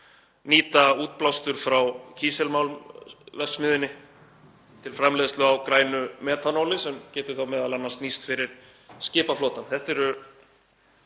nýta útblástur frá kísilmálmverksmiðjunni til framleiðslu á grænu metanóli sem geti þá m.a. nýst fyrir skipaflotann. Þetta